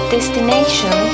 Destination